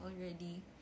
already